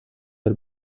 del